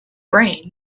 brain